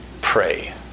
Pray